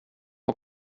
har